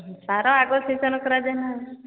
ସାର ଆଗ ସେଚନ କରାଯାଇନା